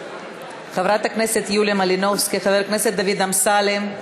חברת הכנסת יוליה מלינובסקי, חבר הכנסת דוד אמסלם,